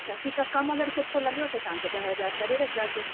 अच्छा ठीकु आहे कम अगरि सुठो लॻियो त तव्हांखे ॾह हजार करे रखंदासीं